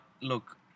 look